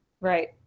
Right